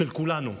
של כולנו.